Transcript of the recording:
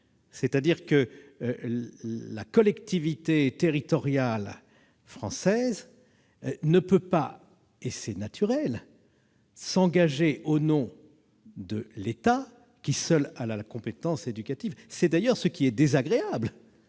c'est-à-dire que la collectivité territoriale française ne peut pas, et c'est naturel, s'engager au nom de l'État, qui seul a la compétence éducative. Cette asymétrie dans la coopération est désagréable,